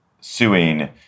suing